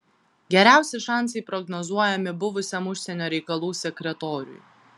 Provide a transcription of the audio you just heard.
geriausi šansai prognozuojami buvusiam užsienio reikalų sekretoriui